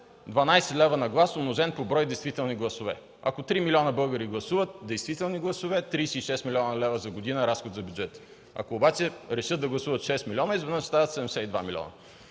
12 лв. на глас умножен по брой действителни гласове. Ако гласуват 3 млн. българи гласуват – действителни гласове, 36 млн. лв. за година разход за бюджета. Ако обаче решат да гласуват 6 милиона, изведнъж стават 72 милиона.